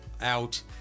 out